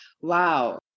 Wow